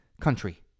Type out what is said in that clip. country